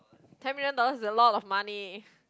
ten million dollars is a lot of money